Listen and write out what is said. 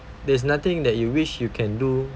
there's nothing that you wish you can do